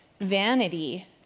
vanity